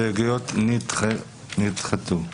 ההסתייגויות נדחו.